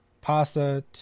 Pasta